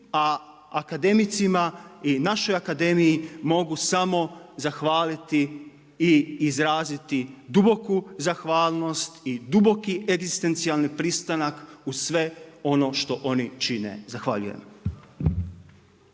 a akademicima i našoj akademiji mogu samo zahvaliti i izraziti duboku zahvalnost i duboki egzistencijalni pristanak uz sve ono što oni čine. Zahvaljujem.